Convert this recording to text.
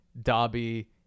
dobby